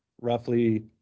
roughly